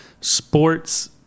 sports